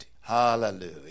Hallelujah